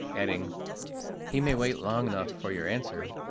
adding he may wait long enough for your answer!